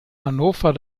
hannover